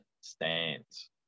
stands